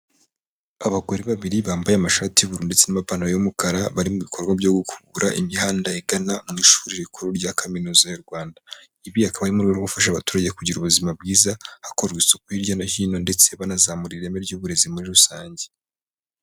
Abagore babiri bambaye amashati y'uburu ndetse n'ipantaro y'umukara bari mu bikorwa byo gukubura imihanda igana mu ishuri rikuru rya kaminuza y'u Rwanda. Ibi akaba ari mu rwego gufasha abaturage kugira ubuzima bwiza hakorwa isuku hirya no hino ndetse banazamura ireme ry'uburezi muri rusange.